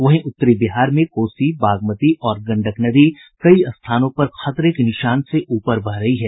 वहीं उत्तरी बिहार में कोसी बागमती और गंडक नदी कई स्थानों पर खतरे के निशान से ऊपर बह रही हैं